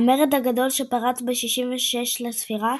המרד הגדול, שפרץ ב־66 לספירה,